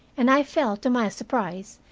and i felt, to my surprise,